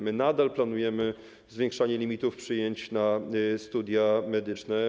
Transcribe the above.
My nadal planujemy zwiększanie limitów przyjęć na bezpłatne studia medyczne.